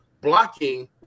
blocking